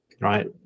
right